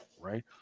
right